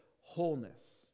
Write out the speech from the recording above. wholeness